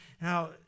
Now